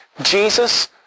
Jesus